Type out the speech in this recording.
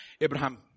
Abraham